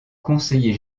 conseiller